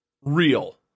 Real